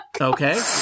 Okay